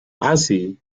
así